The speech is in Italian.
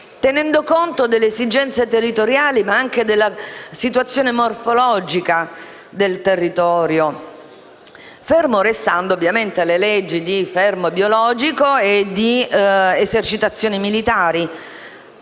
non solo delle esigenze territoriali, ma anche della situazione morfologica del territorio, ferme restando, chiaramente, le norme sul fermo biologico e sulle esercitazioni militari.